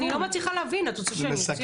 אני לא מצליחה להבין, את רוצה שאני אוציא אותך?